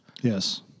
Yes